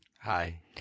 Hi